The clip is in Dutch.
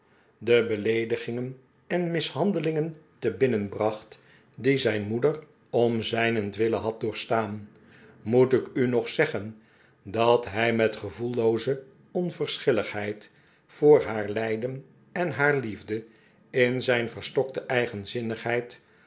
de beleedigixigen en mishandelingen te binnen bracht die zijn moeder om zijnentwille had doorstaan moet ik u nog zeggen dat hij met gevoellooze onverschilligheid voor haar lijden en haar liefde in zijn verstokte eigenzinnigheid